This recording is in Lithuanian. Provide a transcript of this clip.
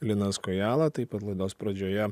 linas kojala taip pat laidos pradžioje